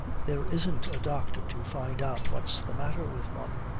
there isn't a doctor to find out what's the matter with one.